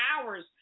hours